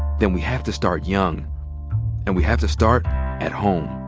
then we have to start young and we have to start at home.